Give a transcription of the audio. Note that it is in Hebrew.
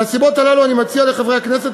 מהסיבות הללו אני מציע לחברי הכנסת